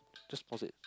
just pause it